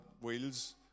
wheels